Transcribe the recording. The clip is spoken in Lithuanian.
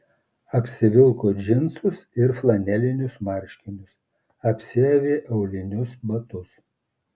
apsivilko džinsus ir flanelinius marškinius apsiavė aulinius batus